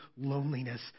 loneliness